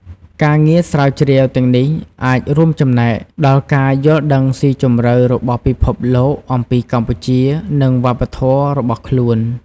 ការងារស្រាវជ្រាវទាំងនេះអាចរួមចំណែកដល់ការយល់ដឹងស៊ីជម្រៅរបស់ពិភពលោកអំពីកម្ពុជា និងវប្បធម៌របស់ខ្លួន។